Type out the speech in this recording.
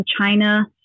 China